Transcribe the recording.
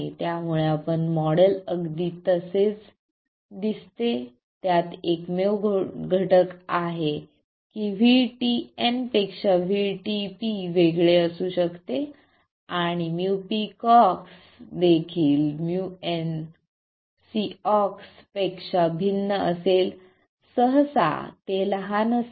त्यामुळे आपण मॉडेल अगदी तसेच दिसते त्यात एकमेव गोष्ट घटक आहे की VTN पेक्षा VTP वेगळे असू शकते आणि μpCox देखील μnCox पेक्षा भिन्न असेल सहसा ते लहान असते